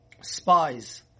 spies